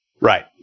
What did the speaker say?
Right